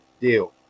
deal